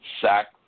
sack